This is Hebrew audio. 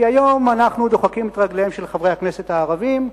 כי היום אנחנו דוחקים את רגליהם של חברי הכנסת הערבים,